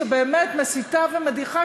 שבאמת מסיתה ומדיחה.